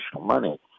money